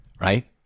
right